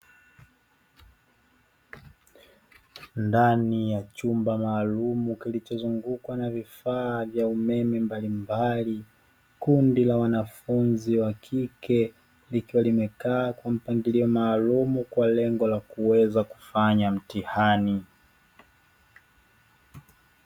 Ndani ya chumba maalumu kilichozungukwa na vifaa vya umeme mbalimbali, kundi la wanafunzi wa kike likiwa limekaa kwa mpangilio maalumu kwa lengo la kuweza kufanya mtihani.